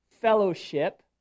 fellowship